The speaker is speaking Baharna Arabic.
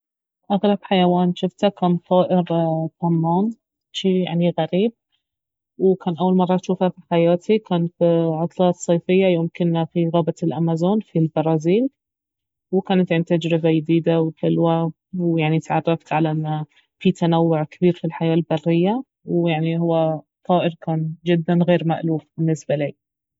اغرب حيوان جفته كان طائر طنان جي يعني غريب وكان اول مرة اجوفه في حياتي كان في عطلة الصيفية يوم كنا في غابة الامازون في البرازيل وكانت يعني تجربة يديدة وحلوة ويعني تعرفت على انه في تنوع كبير في الحياة البرية ويعني اهو طائر كان جدا غير مألوف بالنسبة لي